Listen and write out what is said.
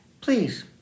please